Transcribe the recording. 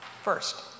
First